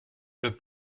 veux